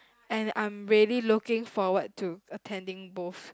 and I'm really looking forward to attending both